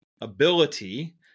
ability